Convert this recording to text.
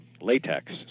latex